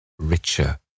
richer